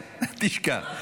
תשכח.